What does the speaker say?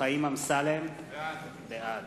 חיים אמסלם, בעד